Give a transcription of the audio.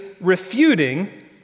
refuting